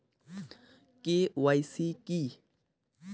KYC কী?